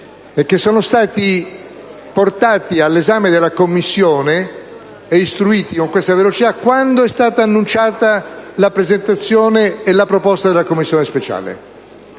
sono stati portati all'esame della Commissione e istruiti con questa velocità quando è stata annunciata la presentazione della proposta della Commissione speciale.